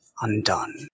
undone